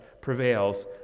prevails